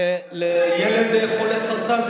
בגיל 67, לילד חולה סרטן.